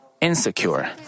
insecure